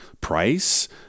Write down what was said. price